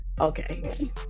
Okay